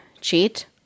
cheat